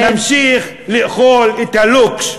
ואנחנו נמשיך לאכול את הלוקש.